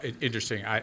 interesting